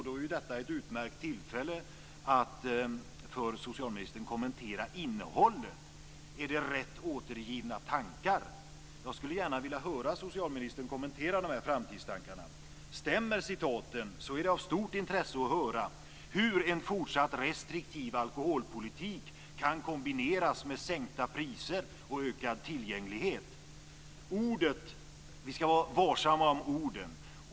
Då är ju detta ett utmärkt tillfälle för socialministern att kommentera innehållet. Är det rätt återgivna tankar? Jag skulle gärna vilja höra socialministern kommentera de här framtidstankarna. Om citaten stämmer är det av stort intresse att höra hur en fortsatt restriktiv alkoholpolitik kan kombineras med sänkta priser och ökad tillgänglighet. Vi ska vara varsamma om orden.